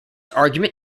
argument